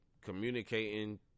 communicating